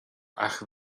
ach